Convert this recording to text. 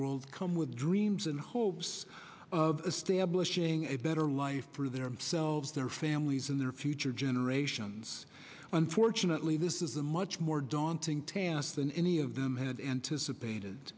world come with dreams and hopes of stablish ing a better life for themselves their families and their future generations unfortunately this is a much more daunting task than any of them had anticipated